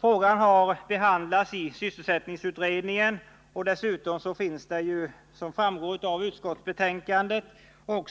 Frågan har behandlats i sysselsättningsutredningen, och dessutom finns, som framgår av utskottsbetänkandet,